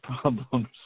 problems